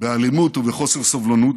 באלימות ובחוסר סובלנות,